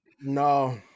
No